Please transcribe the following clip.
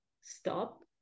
stop